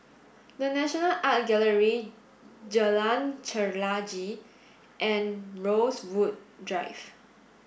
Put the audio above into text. the National Art Gallery Jalan Chelagi and Rosewood Drive